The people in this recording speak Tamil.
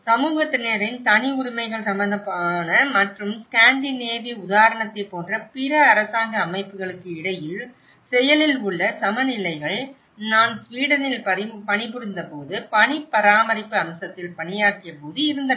சமூகத்தினரின் தனி உரிமைகள் சம்பந்தமான மற்றும் ஸ்காண்டிநேவிய உதாரணத்தைப் போன்ற பிற அரசாங்க அமைப்புகளுக்கு இடையில் செயலில் உள்ள சமநிலைகள் நான் ஸ்வீடனில் பணிபுரிந்தபோது பனி பராமரிப்பு அம்சத்தில் பணியாற்றியபோது இருந்தன